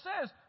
says